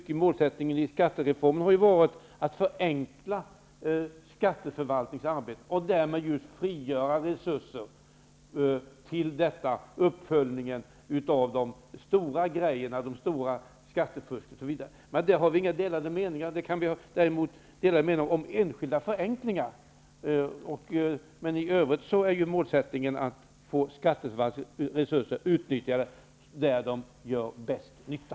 En målsättning i skatterformen har ju varit att förenkla skatteförvaltningens arbete och därmed frigöra resurser för att bekämpa det stora skattesfusket, osv. Det har vi inga delade meningar om. Däremot kan vi ha delade meningar om enskilda förenklingar. Men i övrigt är ju målsättningen att skatteförvaltningens resurser skall utnyttjas där de gör bäst nytta.